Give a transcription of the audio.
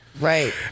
Right